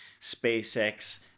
SpaceX